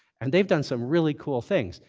and they've done some really cool things.